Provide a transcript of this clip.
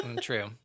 true